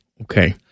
Okay